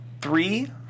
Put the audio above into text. three